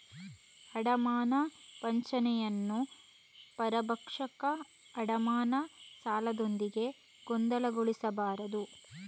ಅಡಮಾನ ವಂಚನೆಯನ್ನು ಪರಭಕ್ಷಕ ಅಡಮಾನ ಸಾಲದೊಂದಿಗೆ ಗೊಂದಲಗೊಳಿಸಬಾರದು